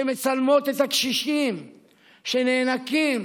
שמצלמות את הקשישים שנאנקים